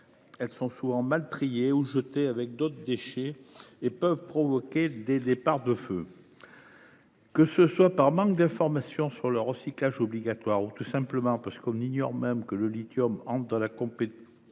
Elles sont souvent mal triées ou jetées avec d’autres déchets, et peuvent provoquer des départs de feu. Que ce soit par manque d’information sur le recyclage obligatoire ou tout simplement parce que l’on ignore même que le lithium entre dans la composition